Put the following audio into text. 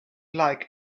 like